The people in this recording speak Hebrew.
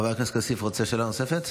חבר הכנסת כסיף, רוצה שאלה נוספת?